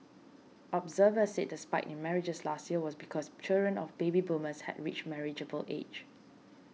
observers said the spike in marriages last year was because children of baby boomers had reached marriageable age